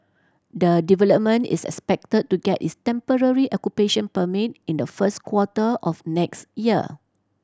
the development is expected to get its temporary occupation permit in the first quarter of next year